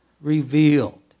revealed